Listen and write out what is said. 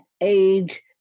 age